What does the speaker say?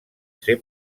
ser